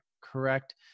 correct